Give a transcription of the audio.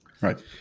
Right